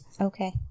Okay